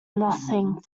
nothing